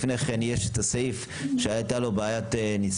לפני כן יש את הסעיף שהייתה לו בעיית ניסוח,